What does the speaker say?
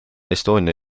estonia